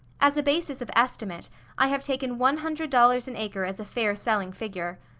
as a basis of estimate i have taken one hundred dollars an acre as a fair selling figure.